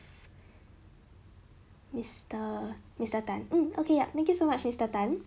mister mister tan mm okay yup thank you so much mister tan